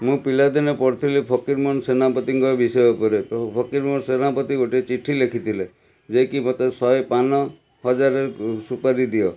ମୁଁ ପିଲାଦିନେ ପଢ଼ୁଥିଲି ଫକୀରମୋହନ ସେନାପତିଙ୍କ ବିଷୟ ଉପରେ ପ୍ରଭୁ ଫକୀରମୋହନ ସେନାପତି ଗୋଟେ ଚିଠି ଲେଖିଥିଲେ ଯେ କି ମୋତେ ଶହେ ପାନ ହଜାରେ ସୁପାରି ଦିଅ